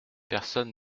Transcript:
personne